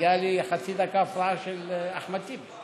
מגיעה לי חצי דקה הפרעה של אחמד טיבי,